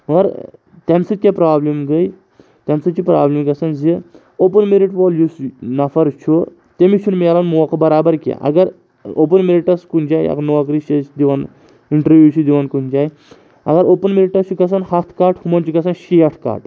مگر تَمہِ سۭتۍ کیاہ پرابلِم گٔیے تَمہِ سۭتۍ چھِ پرابلِم گژھان زِ اوٚپُن میٚرِٹ وول یُس نَفَر چھُ تٔمِس چھُنہٕ مِلَان موقعہٕ برابر کینٛہہ اگر اوٚپُن میٚرِٹَس کُنہِ جاے اگر نوکری چھِ أسۍ دِوان اِنٹَروِو چھِ دِوان کُنہِ جاے اگر اوٚپُن میٚرٹَس چھُ گژھان ہَتھ کَٹ ہُمَن چھِ گژھان شیٹھ کَٹ